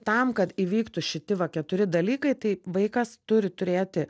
tam kad įvyktų šiti va keturi dalykai tai vaikas turi turėti